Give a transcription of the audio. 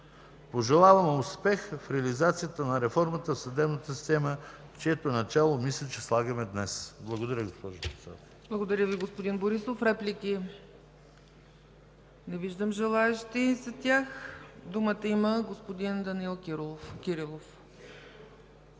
Пожелавам успех в реализацията на реформата в съдебната система, чието начало мисля, че слагаме днес. Благодаря, госпожо